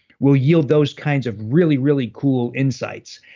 will yield those kinds of really, really cool insights.